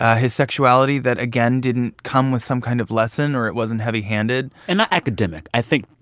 ah his sexuality that, again, didn't come with some kind of lesson, or it wasn't heavy-handed and not academic. i think.